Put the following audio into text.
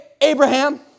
Abraham